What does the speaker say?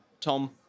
Tom